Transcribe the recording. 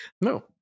no